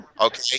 Okay